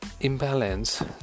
imbalance